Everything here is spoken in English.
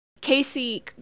Casey